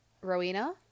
Rowena